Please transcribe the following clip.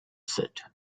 set